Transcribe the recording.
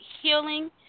healing